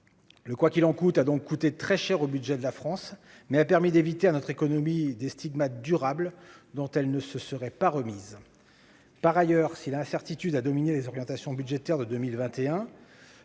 Le « quoi qu'il en coûte » a donc coûté très cher au budget de la France, mais a permis d'épargner à notre économie des stigmates durables, dont elle ne se serait pas remise. Par ailleurs, si l'incertitude a dominé les orientations budgétaires de 2021,